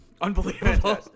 Unbelievable